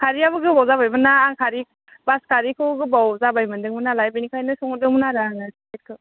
खारैयाबो गोबाव जाबायमोन्ना आं खारि बास खारिखौ गोबाव जाबाय मोन्दोंमोन नालाय बेनिखायनो सोंहरदोंमोन आरो आङो बेखौ